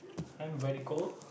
I'm very cold